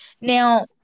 Now